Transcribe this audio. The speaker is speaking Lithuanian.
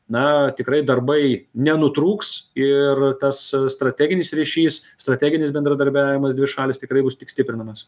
na tikrai darbai nenutrūks ir tas strateginis ryšys strateginis bendradarbiavimas dvišalis tikrai bus tik stiprinamas